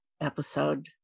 episode